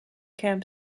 camp